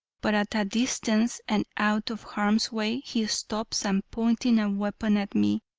but at a distance and out of harm's way, he stops, and pointing a weapon at me,